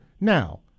Now